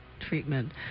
treatment